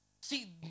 See